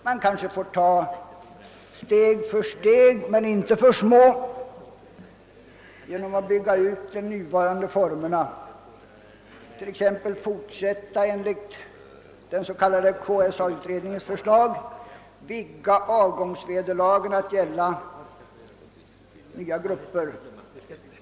Man kanske måste genomföra en sådan reform steg för steg genom att bygga ut de nuvarande hjälpformerna, t.ex. fortsätta enligt KSA-utredningens förslag och vidga avgångsvederlaget att gälla nya grupper.